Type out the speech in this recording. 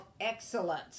excellence